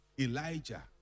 Elijah